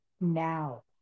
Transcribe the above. now